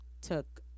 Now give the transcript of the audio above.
took